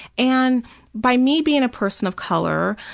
and by me being a person of color,